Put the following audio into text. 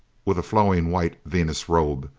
with a flowing white venus-robe.